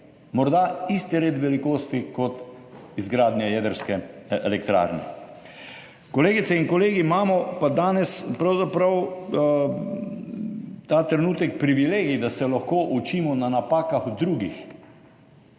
Morda isti red velikosti kot izgradnja jedrske elektrarne. Kolegice in kolegi, imamo pa danes pravzaprav ta trenutek privilegij, da se lahko učimo na napakah drugih.